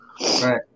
right